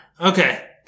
Okay